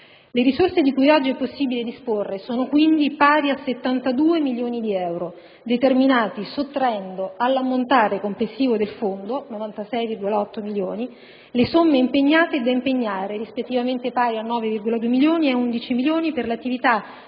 Le risorse di cui oggi è possibile disporre sono quindi pari a 72 milioni di euro, determinati sottraendo all'ammontare complessivo del Fondo (96,8 milioni) le somme impegnate e da impegnare, rispettivamente pari a 9,2 milioni ed a 11 milioni, per le attività